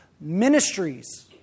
Ministries